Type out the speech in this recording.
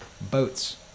boats